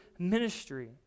ministry